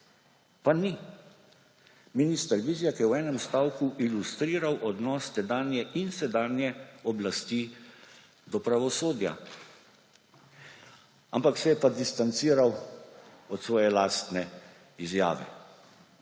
Pa ni. Minister Vizjak je v enem stavku ilustriral odnos tedanje in se sedanje oblasti do pravosodja. Ampak se je pa distanciral od svoje lastne izjave.